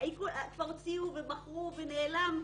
מיטלטלין, כבר הוציאו, מכרו ונעלם,